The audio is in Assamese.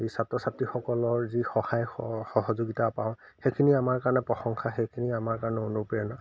এই ছাত্ৰ ছাত্ৰীসকলৰ যি সহায় সহযোগিতা পাওঁ সেইখিনি আমাৰ কাৰণে প্ৰশংসা সেইখিনি আমাৰ কাৰণে অনুপ্ৰেৰণা